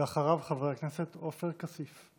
בבקשה, ואחריו, חבר הכנסת עופר כסיף.